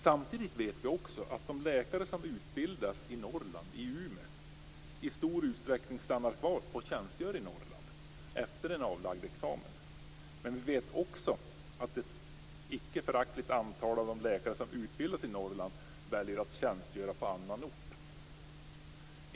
Samtidigt vet vi att de läkare som utbildas i Norrland, i Umeå, i stor utsträckning stannar kvar och tjänstgör i Norrland efter en avlagd examen. Men vi vet också att ett icke föraktligt antal av de läkare som utbildas i Norrland väljer att tjänstgöra på annan ort.